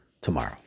tomorrow